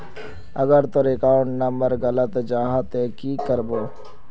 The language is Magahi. अगर तोर अकाउंट नंबर गलत जाहा ते की करबो?